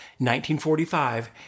1945